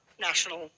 national